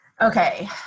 Okay